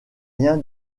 rien